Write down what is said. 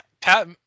Pat